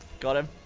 got em